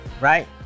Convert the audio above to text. right